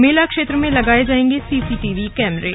मेला क्षेत्र में लगाए जांएगे सीसीटीवी कैमरे